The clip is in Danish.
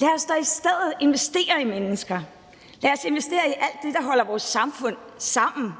Lad os da i stedet investere i mennesker. Lad os investere i alt det, der holder vores samfund sammen.